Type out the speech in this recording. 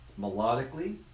melodically